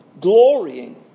glorying